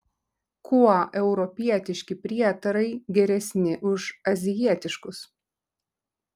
kuo europietiški prietarai geresni už azijietiškus